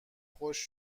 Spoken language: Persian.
خشک